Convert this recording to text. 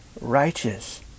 righteous